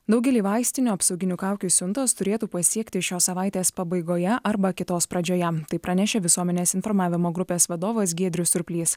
daugelį vaistinių apsauginių kaukių siuntos turėtų pasiekti šios savaitės pabaigoje arba kitos pradžioje tai pranešė visuomenės informavimo grupės vadovas giedrius surplys